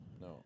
no